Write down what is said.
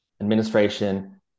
administration